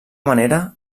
manera